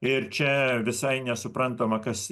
ir čia visai nesuprantama kas